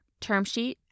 TermSheet